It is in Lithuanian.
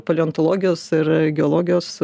paleontologijos ir geologijos